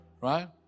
Right